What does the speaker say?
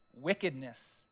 wickedness